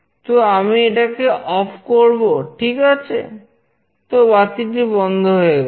তো বাতিটি বন্ধ হয়ে গেল